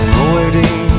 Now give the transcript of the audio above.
Avoiding